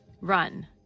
Run